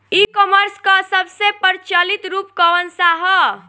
ई कॉमर्स क सबसे प्रचलित रूप कवन सा ह?